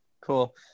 cool